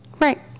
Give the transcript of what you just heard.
Right